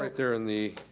right there in the